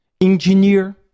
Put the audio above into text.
engineer